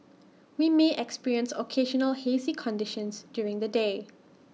we may experience occasional hazy conditions during the day